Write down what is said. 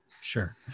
Sure